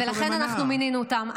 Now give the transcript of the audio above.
לכן אנחנו מינינו אותם.